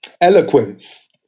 Eloquence